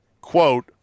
Quote